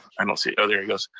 i don't see, oh there he goes.